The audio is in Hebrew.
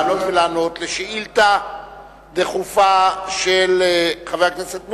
לעלות ולענות לשאילתא דחופה של חבר הכנסת מולה.